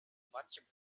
manchem